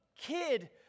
kid